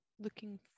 looking